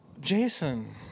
Jason